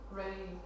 ready